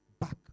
back